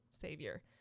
savior